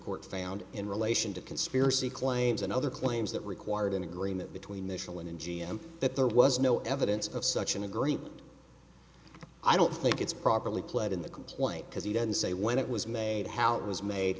court found in relation to conspiracy claims and other claims that required an agreement between michelin and g m that there was no evidence of such an agreement i don't think it's properly pled in the complaint because he didn't say when it was made how it was made